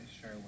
sure